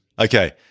Okay